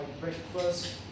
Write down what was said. breakfast